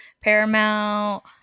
Paramount